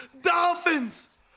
Dolphins